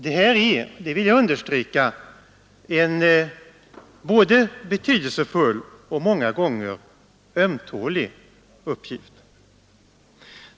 Det här är, det vill jag understryka, en både betydelsefull och många gånger ömtålig uppgift.